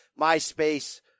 MySpace